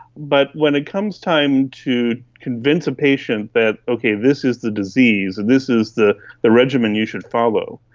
but when it comes time to convince a patient that, okay, this is the disease and this is the the regime and you should follow,